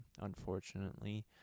unfortunately